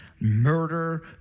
murder